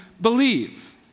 believe